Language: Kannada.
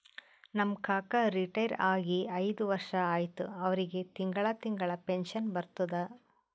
ನಮ್ ಕಾಕಾ ರಿಟೈರ್ ಆಗಿ ಐಯ್ದ ವರ್ಷ ಆಯ್ತ್ ಅವ್ರಿಗೆ ತಿಂಗಳಾ ತಿಂಗಳಾ ಪೆನ್ಷನ್ ಬರ್ತುದ್